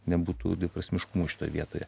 nebūtų dviprasmiškumo šitoj vietoje